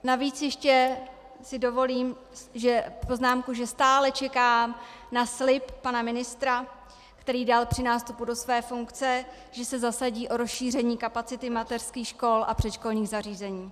Navíc si ještě dovolím poznámku, že stále čekám na slib pana ministra, který dal při nástupu do své funkce, že se zasadí o rozšíření kapacity mateřských škol a předškolních zařízení.